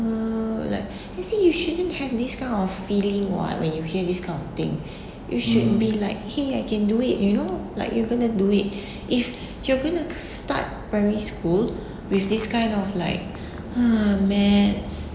oh like I say you shouldn't have these kind of feeling why when you hear this kind of thing you should be like !hey! I can do it you know like you're gonna do it if you're gonna start primary school with this kind of like !huh! maths